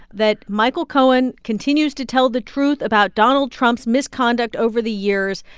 that michael cohen continues to tell the truth about donald trump's misconduct over the years.